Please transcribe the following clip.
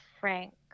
frank